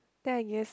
then I guess